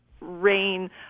rain